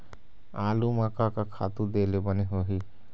आलू म का का खातू दे ले बने होही?